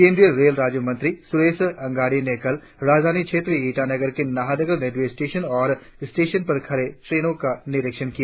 केंद्रीय रेल राज्य मंत्री सुरेश अंगाडी ने कल राजधानी क्षेत्र ईटानगर के नाहरलगुन रेलवे स्टेशन और स्टेशन पर खड़ी ट्रेन का निरीक्षण किया